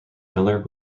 miller